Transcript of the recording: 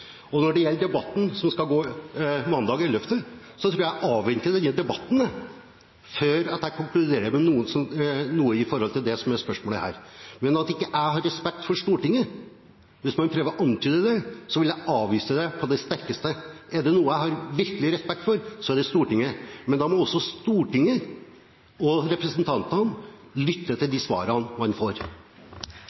og på nytt. Når det gjelder debatten som skal gå mandag 11. desember, avventer jeg den før jeg konkluderer med noe knyttet til det som er spørsmålet her. Men hvis noen prøver å antyde at jeg ikke har respekt for Stortinget, vil jeg avvise det på det sterkeste. Er det noe jeg virkelig har respekt for, er det Stortinget. Men da må også Stortinget og representantene lytte til de svarene man får.